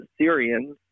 Syrians